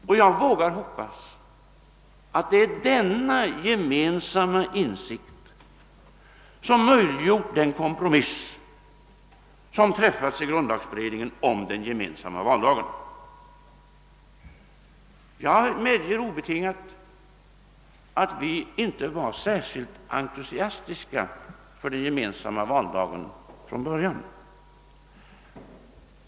Och jag vågar hoppas att det är denna gemensamma insikt som möjliggjort den kompromiss som träffats i grundlagberedningen om den gemensamma valdagen. Jag medger obetingat att vi inte var särskilt entusiastiska för den gemensamma valdagen från början.